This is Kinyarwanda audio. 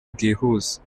bwihuse